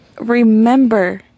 remember